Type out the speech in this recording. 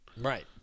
Right